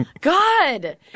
God